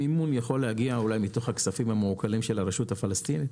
המימון אולי יכול להגיע אולי מתוך הכספים המעוקלים של הרשות הפלסטינית.